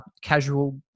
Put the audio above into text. casual